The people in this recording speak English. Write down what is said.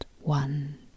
one